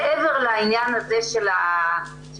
מעבר לעניין הזה של תקנים,